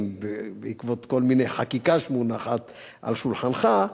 בעקבות כל מיני חקיקה שמונחת על שולחנך.